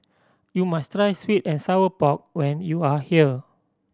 you must try sweet and sour pork when you are here